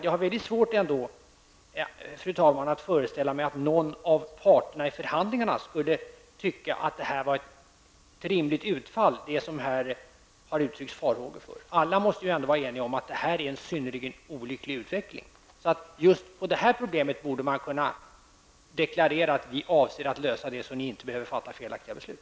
Jag har väldigt svårt, fru talman, att föreställa mig att någon av parterna i förhandlingarna skulle tycka att det som det har uttryckts farhågor för skulle vara ett rimligt utfall. Alla måste ju ändå vara eniga om att det är en synnerligen olycklig utveckling. Man borde kunna deklarera att man avser att lösa problemet så att folk inte behöver fatta felaktiga beslut.